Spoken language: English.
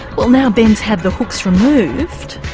well now ben's had the hooks removed.